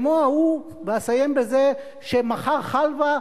כי מה שנמצא כאן בנסיגה קשה כבר שנים הרבה,